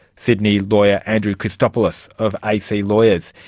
sydney lawyer andrew christopoulos of ac lawyers.